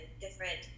different